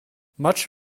much